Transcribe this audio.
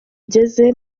ugeze